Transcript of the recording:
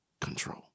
control